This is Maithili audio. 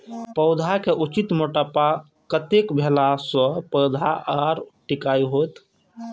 पौधा के उचित मोटापा कतेक भेला सौं पौधा मजबूत आर टिकाऊ हाएत?